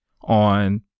on